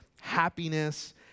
happiness